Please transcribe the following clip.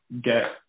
get